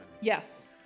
Yes